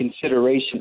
consideration